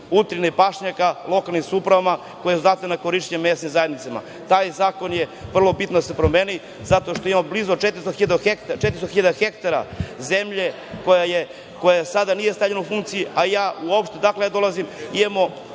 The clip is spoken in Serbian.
utrina i pašnjaka lokalnim samoupravama koje su date na korišćenje mesnim zajednicama? Taj zakon je vrlo bitno da se promeni zato što imamo blizu 400.000 ha zemlje koja sada nije stavljena u funkciju, a u opštini odakle ja dolazim imamo